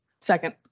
Second